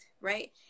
right